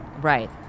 Right